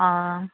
অঁ